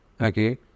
okay